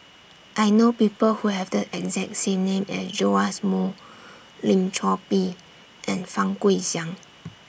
I know People Who Have The exact name as Joash Moo Lim Chor Pee and Fang Guixiang